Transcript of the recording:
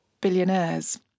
billionaires